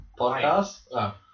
podcast